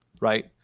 right